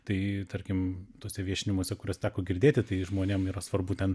tai tarkim tuose viešinimuose kuriuos teko girdėti tai žmonėm yra svarbu ten